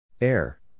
Air